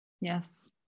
Yes